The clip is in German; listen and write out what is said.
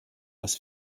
was